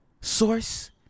source